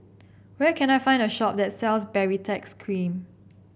where can I find a shop that sells Baritex Cream